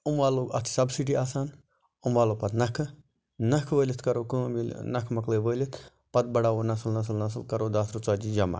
یِم والو اتھ چھِ سَبسٹی آسان یِم والو پَتہٕ نَکھٕ نَکھٕ وٲلِتھ کَرَو کٲم ییٚلہِ نَکھٕ مۄکلٲے وٲلِتھ پَتہٕ بَڑاوو نسل نسل نسل کرو داہہ ترٕہ ژَتجی جَمَع